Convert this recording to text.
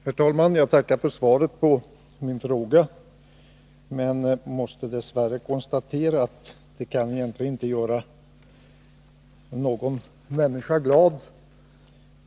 Herr talman! Jag tackar för svaret på min fråga, men jag måste dess värre konstatera att det inte kan göra någon människa glad.